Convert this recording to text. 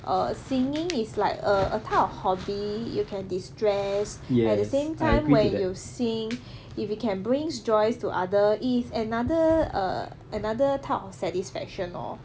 err singing is like a a type of hobby you can destress at the same time when you sing if it can brings joys to other if another err another type of satisfaction orh